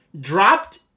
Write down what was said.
Dropped